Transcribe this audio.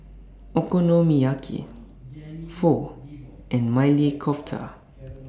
Okonomiyaki Pho and Maili Kofta